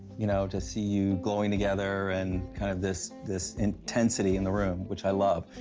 you know, to see you glowing together and kind of this this intensity in the room, which i love,